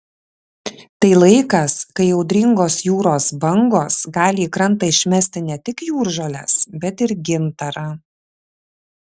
tai laikas kai audringos jūros bangos gali į krantą išmesti ne tik jūržoles bet ir gintarą